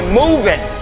moving